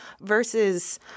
versus